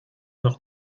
noch